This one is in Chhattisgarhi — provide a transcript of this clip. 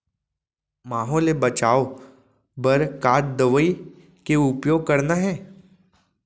माहो ले बचाओ बर का दवई के उपयोग करना हे?